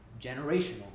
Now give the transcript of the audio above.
generational